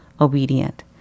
obedient